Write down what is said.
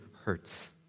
hurts